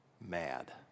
Mad